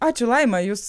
ačiū laima jūs